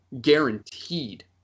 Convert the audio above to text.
guaranteed